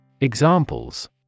Examples